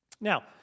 Now